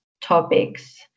topics